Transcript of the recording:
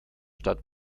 stadt